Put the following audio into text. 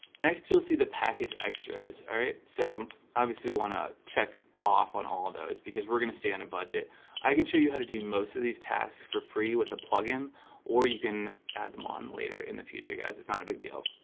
next you'll see the package extras all right so obviously we want to check off on all of those because we're gonna stay on a budget i can show you how to do most of these tasks for free with a plugin or you can add them on later in the future guys. it's not a big deal